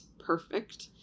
perfect